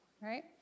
Right